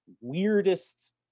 weirdest